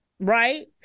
Right